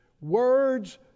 Words